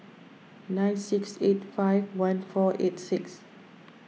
nine six eight five one four eight six